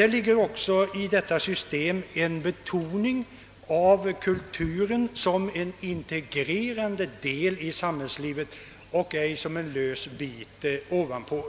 I detta system ligger också en betoning av att kulturen är en integrerad del av samhällslivet och inte en lös bit ovanpå.